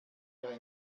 wir